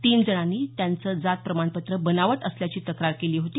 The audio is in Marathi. तीन जणांनी त्यांचं जात प्रमाणपत्र बनावट असल्याची तक्रार केली होती